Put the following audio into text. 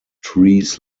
trees